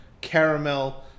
caramel